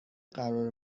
قرار